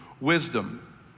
wisdom